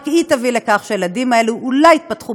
רק היא תביא לכך שהילדים האלה אולי יתפתחו